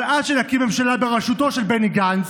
אבל עד שנקים ממשלה בראשותו של בני גנץ,